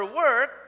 work